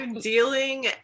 dealing